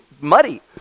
muddy